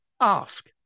Ask